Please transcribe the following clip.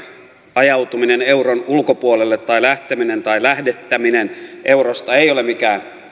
ajautuminen euron ulkopuolelle tai lähteminen tai lähdettäminen eurosta ei ole mikään